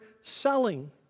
selling